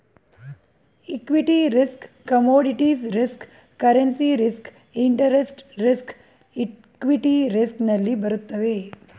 equity risk commodities risk currency risk interest risk equity risk ನಲ್ಲಿ ಬರುತ್ತವೆ